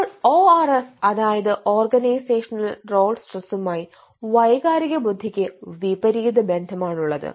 അപ്പോൾ ORS അതായത് organisational role സ്ട്രെസുമായി വൈകാരിക ബുദ്ധിക്ക് വിപരീത ബന്ധമാണ് ഉള്ളത്